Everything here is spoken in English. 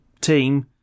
team